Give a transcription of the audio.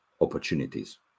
opportunities